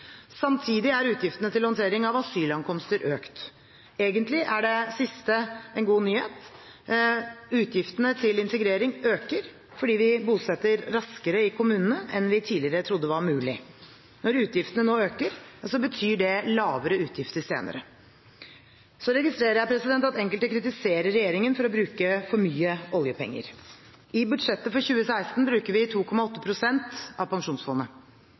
Samtidig er utgiftene til håndtering av asylankomster økt. Egentlig er det siste en god nyhet. Utgiftene til integrering øker fordi vi bosetter raskere i kommunene enn vi tidligere trodde var mulig. Når utgiftene nå øker, betyr det lavere utgifter senere. Så registrerer jeg at enkelte kritiserer regjeringen for å bruke for mye oljepenger. I budsjettet for 2016 bruker vi 2,8 pst. av Pensjonsfondet.